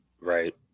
right